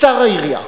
תקצר היריעה.